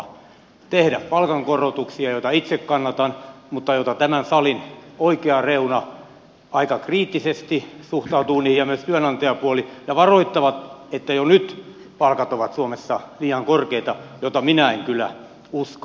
voidaan tehdä palkankorotuksia joita itse kannatan mutta joihin tämän salin oikea reuna aika kriittisesti suhtautuu samoin myös työnantajapuoli ja he varoittavat että jo nyt palkat ovat suomessa liian korkeita mitä minä en kyllä usko